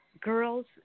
girls